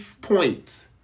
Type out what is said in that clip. point